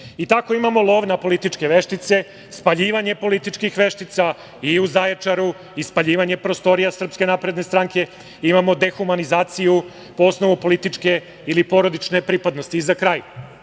I tako imamo lov na političke veštice, spaljivanje političkih veštica i u Zaječaru i spaljivanje prostorija SNS, imamo dehumanizaciju po osnovu političke ili porodične pripadnosti.Za kraj,